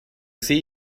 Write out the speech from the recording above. see